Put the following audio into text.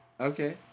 Okay